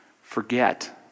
forget